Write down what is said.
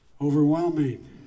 Overwhelming